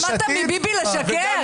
למדת מביבי לשקר?